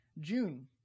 June